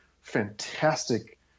fantastic